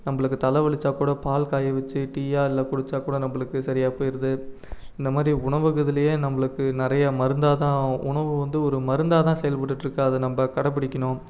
நம்மளுக்கு தலை வலிச்சால் கூட பால் காய வச்சு டீயாக இல்லை குடித்தா கூட நம்மளுக்கு சரியாக போயிடுது இந்தமாதிரி உணவுகள் இதுலேயே நம்மளுக்கு நிறையா மருந்தாக தான் உணவு வந்து ஒரு மருந்தாக தான் செயல்பட்டுட்டு இருக்குது அதை நம்ம கடைப்பிடிக்கணும்